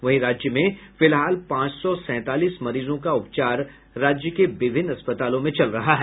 वहीं राज्य में फिलहाल पांच सौ सैंतालीस मरीजों का उपचार राज्य के विभिन्न अस्पतालों में चल रहा है